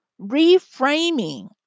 reframing